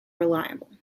reliable